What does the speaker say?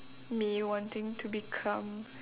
me wanting to become